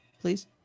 please